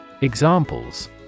Examples